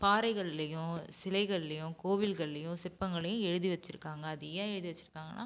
பாறைகள்லேயும் சிலைகள்லேயும் கோவில்கள்லேயும் சிற்பங்கள்லேயும் எழுதி வெச்சுருக்காங்க அது ஏன் எழுதி வெச்சுருக்காங்கனா